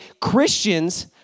Christians